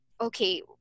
okay